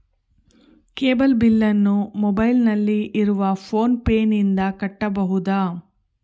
Cable ಬಿಲ್ಲನ್ನು ಮೊಬೈಲಿನಲ್ಲಿ ಇರುವ ಫೋನ್ ಪೇನಿಂದ ಕಟ್ಟಬಹುದಾ?